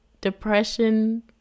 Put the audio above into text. depression